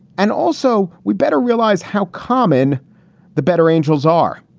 and also we better realize how common the better angels are.